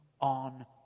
on